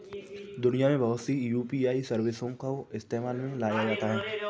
दुनिया में बहुत सी यू.पी.आई सर्विसों को इस्तेमाल में लाया जाता है